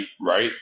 right